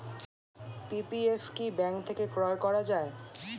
PPF কি bank থেকে ক্রয় করা যায়?